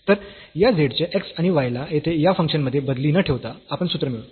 तर या z चे x आणि y ला येथे या फंक्शन मध्ये बदली न ठेवता आपण सूत्र मिळवू